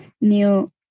new